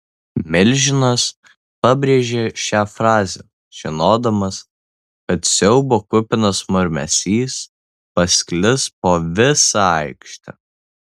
milžinas pabrėžė šią frazę žinodamas kad siaubo kupinas murmesys pasklis po visą aikštę